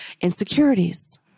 insecurities